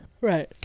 Right